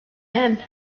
hŷn